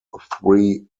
three